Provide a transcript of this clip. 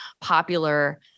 popular